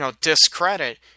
discredit